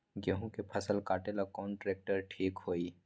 गेहूं के फसल कटेला कौन ट्रैक्टर ठीक होई?